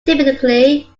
typically